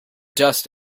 dust